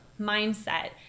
mindset